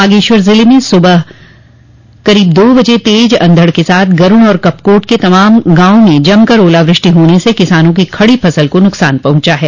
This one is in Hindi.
बागेश्वर जिले में सुबह करीब दो बजे तेज अंधड़ के साथ गरुड़ और कपकोट के तमाम गांवों में जमकर ओलावृष्टि होने से किसानों की खड़ी फसल को नुकसान पहुंचा है